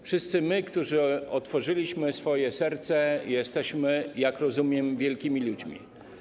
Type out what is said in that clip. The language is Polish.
Wszyscy, my, którzy otworzyliśmy swoje serca, jesteśmy, jak rozumiem, wielkimi ludźmi.